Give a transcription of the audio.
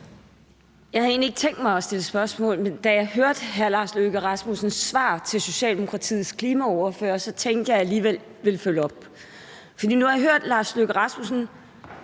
Jeg havde egentlig ikke tænkt mig at stille spørgsmål, men da jeg hørte hr. Lars Løkke Rasmussens svar til Socialdemokratiets klimaordfører, tænkte jeg alligevel, at jeg ville følge op. For nu har jeg hørt hr. Lars Løkke Rasmussen